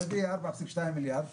מביא 4.2 מיליארד,